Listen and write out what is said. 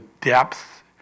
depth